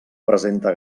presenta